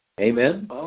amen